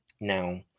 now